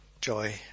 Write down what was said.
joy